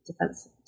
defense